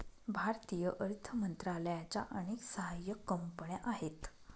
भारतीय अर्थ मंत्रालयाच्या अनेक सहाय्यक कंपन्या आहेत